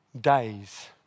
days